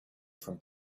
from